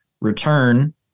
return